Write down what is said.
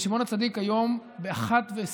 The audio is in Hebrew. היום בשמעון הצדיק,